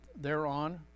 thereon